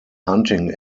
hunting